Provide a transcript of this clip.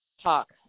talk